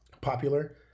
popular